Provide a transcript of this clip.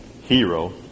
hero